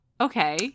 okay